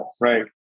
right